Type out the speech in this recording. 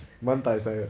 mom dai sai ah